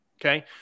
Okay